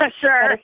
Sure